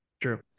True